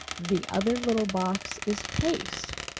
the other little box is paste